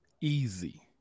easy